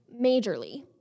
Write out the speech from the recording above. majorly